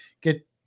get